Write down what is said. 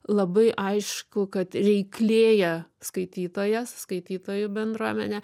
labai aišku kad reiklėja skaitytojas skaitytojų bendruomenė